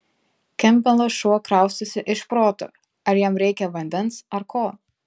kempbelo šuo kraustosi iš proto ar jam reikia vandens ar ko